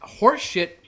horseshit